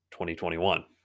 2021